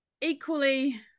equally